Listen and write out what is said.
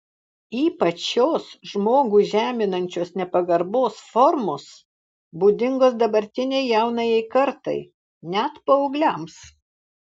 ypač šios žmogų žeminančios nepagarbos formos būdingos dabartinei jaunajai kartai net paaugliams